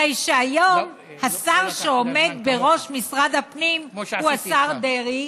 הרי שהיום השר שעומד בראש משרד הפנים הוא השר דרעי,